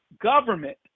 government